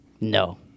No